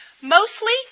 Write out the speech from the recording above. Mostly